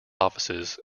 offices